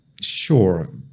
sure